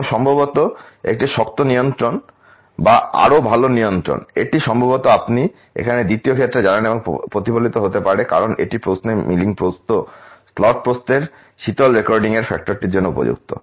এবং সম্ভবত একটি শক্ত নিয়ন্ত্রণ বা আরও ভাল নিয়ন্ত্রণ এটি সম্ভবত আপনি এখানে দ্বিতীয় ক্ষেত্রে জানেন প্রতিফলিত হতে পারে কারণ এটি প্রশ্নে মিলিং প্রস্থ স্লট প্রস্থের শীতল রেকর্ডিংয়ের ফ্যাক্টরটির জন্য উপযুক্ত